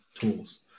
tools